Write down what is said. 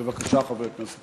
בבקשה, חבר הכנסת